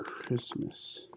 Christmas